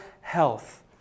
health